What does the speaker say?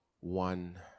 One